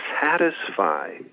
satisfy